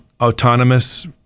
autonomous